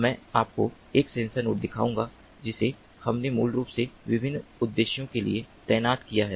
मैं आपको एक सेंसर नोड दिखाऊंगा जिसे हमने मूल रूप से विभिन्न उद्देश्यों के लिए तैनात किया है